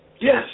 Yes